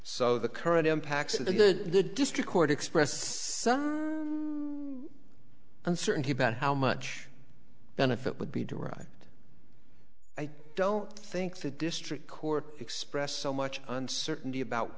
so the current impacts of the the district court expressed some uncertainty about how much benefit would be derived i don't think the district court expressed so much uncertainty about